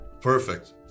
Perfect